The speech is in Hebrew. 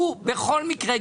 הוא בכל מקרה,